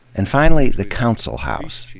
and, finally, the council house.